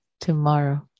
tomorrow